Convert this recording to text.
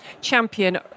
champion